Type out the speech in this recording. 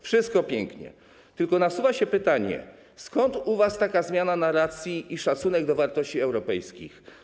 Wszystko pięknie, tylko nasuwa się pytanie: Skąd u was taka zmiana narracji i szacunek do wartości europejskich?